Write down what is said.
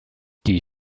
die